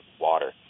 water